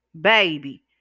baby